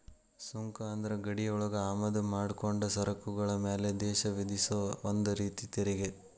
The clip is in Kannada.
ಸುಂಕ ಅಂದ್ರ ಗಡಿಯೊಳಗ ಆಮದ ಮಾಡ್ಕೊಂಡ ಸರಕುಗಳ ಮ್ಯಾಲೆ ದೇಶ ವಿಧಿಸೊ ಒಂದ ರೇತಿ ತೆರಿಗಿ